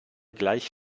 gleich